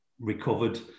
recovered